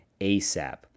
ASAP